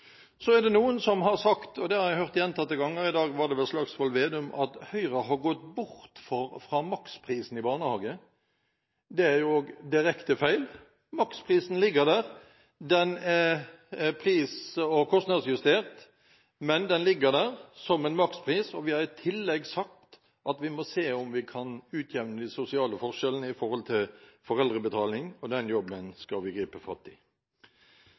Så er det noen som har sagt – noe jeg hørt gjentatte ganger; i dag var det vel fra Slagsvold Vedum – at Høyre har gått bort fra maksprisen i barnehage. Det er også direkte feil. Maksprisen ligger der. Den er pris- og kostnadsjustert, men den ligger der som en makspris. Vi har i tillegg sagt at vi må se om vi kan utjevne de sosiale forskjellene i forhold til foreldrebetaling, og den jobben skal vi gripe fatt i.